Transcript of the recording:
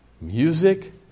music